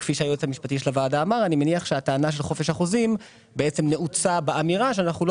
כשאני מניח שהטענה של חופש החוזים נעוצה באמירה שאנחנו לא